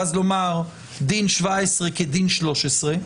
ואז לומר שדין 17 כדין 13,